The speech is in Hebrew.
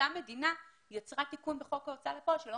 אותה מדינה יצרה תיקון בחוק ההוצאה לפועל שלא